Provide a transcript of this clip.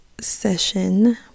session